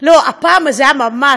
לא, הפעם זה היה ממש.